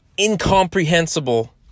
incomprehensible